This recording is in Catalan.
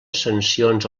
sancions